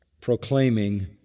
proclaiming